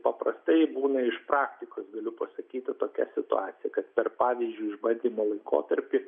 paprastai būna iš praktikos galiu pasakyti tokia situacija kad per pavyzdžiui išbandymo laikotarpį